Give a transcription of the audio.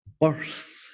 birth